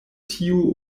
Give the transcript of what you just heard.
tiu